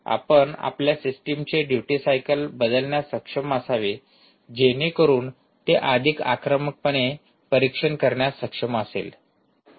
आपण आपल्या सिस्टमचे डयुटी सायकल बदलण्यात सक्षम असावे जेणेकरून ते अधिक आक्रमकपणे परीक्षण करण्यास सक्षम असेल